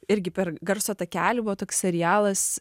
irgi per garso takelį buvo toks serialas